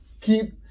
keep